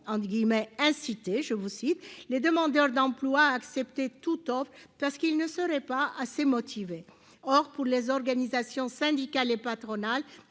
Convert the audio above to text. Andy guillemets inciter je vous cite les demandeurs d'emploi à accepter tout top, parce qu'il ne serait pas assez motivés, or pour les organisations syndicales et patronales